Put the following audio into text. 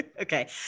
Okay